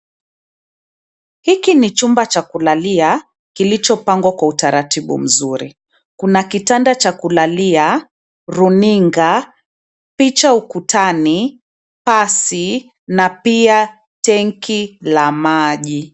Hiki ni chumba cha kulalia kilichopangwa kwa utaratibu mzuri. Kuna kitanda cha kulalia runinga, picha ukutani , pasi na pia tenki la maji.